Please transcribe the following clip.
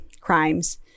crimes